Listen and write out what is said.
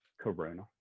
Corona